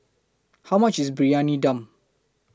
How much IS Briyani Dum